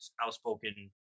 outspoken